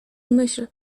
myśl